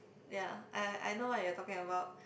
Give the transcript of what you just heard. ya I I know what you're talking about